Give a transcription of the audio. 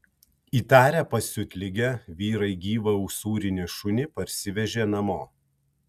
įtarę pasiutligę vyrai gyvą usūrinį šunį parsivežė namo